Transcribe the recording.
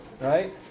right